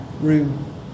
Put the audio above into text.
room